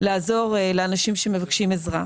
לעזור לאנשים שמבקשים עזרה.